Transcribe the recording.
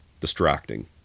distracting